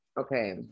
okay